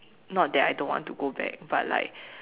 not that I don't want to go back but like